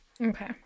Okay